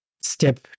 step